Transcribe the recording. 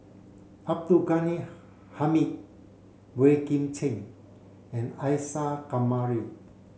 Abdul Ghani Hamid Boey Kim Cheng and Isa Kamari